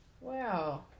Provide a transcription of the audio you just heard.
Wow